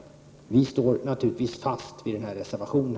Vi står naturligtvis fast vid reservationen.